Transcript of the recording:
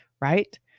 right